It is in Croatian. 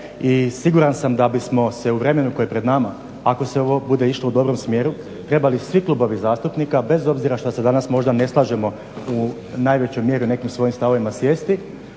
I siguran sam da bismo se u vremenu koje je pred nama ako se ovo bude išlo u dobrom smjeru trebali svi klubovi zastupnika bez obzira što se danas možda ne slažemo u najvećoj mjeri u nekim svojim stavovima sjesti,